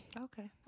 Okay